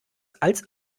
als